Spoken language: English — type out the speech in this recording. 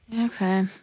Okay